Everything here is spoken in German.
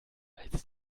als